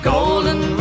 Golden